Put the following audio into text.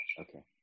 Okay